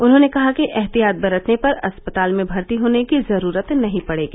उन्होंने कहा कि एहतियात बरतने पर अस्पताल में भर्ती होने की जरूरत नहीं पडेगी